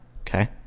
Okay